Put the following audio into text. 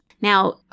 Now